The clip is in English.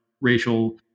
racial